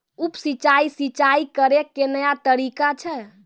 उप सिंचाई, सिंचाई करै के नया तरीका छै